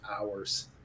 hours